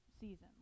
season